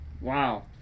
wow